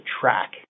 track